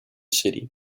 city